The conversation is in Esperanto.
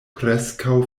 preskaŭ